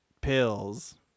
pills